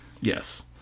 Yes